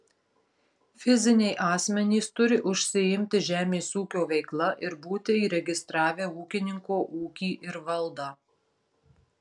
fiziniai asmenys turi užsiimti žemės ūkio veikla ir būti įregistravę ūkininko ūkį ir valdą